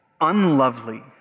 unlovely